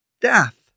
death